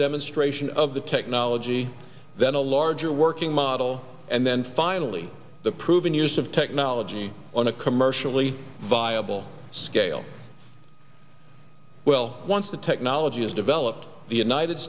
demonstration of the technology then a larger working model and then finally the proven use of technology on a commercially viable scale well once the technology is developed the united